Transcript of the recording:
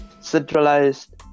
centralized